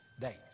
days